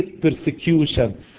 persecution